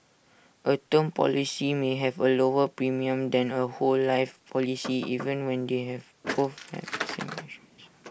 A term policy may have A lower premium than A whole life policy even when they both